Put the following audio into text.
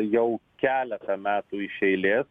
jau keletą metų iš eilės